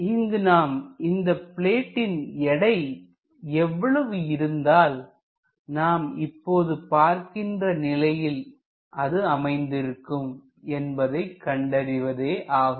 இங்கு நாம் இந்த பிளேடின் எடை எவ்வளவு இருந்தால் நாம் இப்போது பார்க்கின்ற நிலையில் அது அமைந்திருக்கும் என்பதை கண்டறிவதே ஆகும்